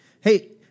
Hey